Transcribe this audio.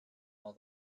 all